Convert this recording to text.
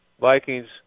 Vikings